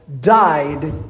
died